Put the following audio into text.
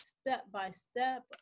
step-by-step